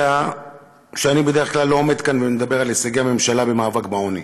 יודע שאני בדרך כלל לא עומד כאן ומדבר על הישגי הממשלה במאבק בעוני.